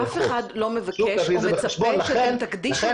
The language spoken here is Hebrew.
אף אחד לא מבקש או מצפה שאתם תקדישו